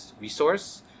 resource